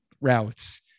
routes